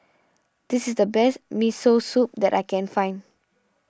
this is the best Miso Soup that I can find